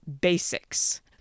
basics